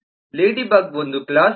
ladybug ಒಂದು class